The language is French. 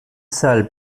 salle